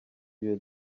you